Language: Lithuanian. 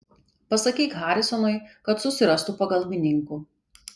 pasakyk harisonui kad susirastų pagalbininkų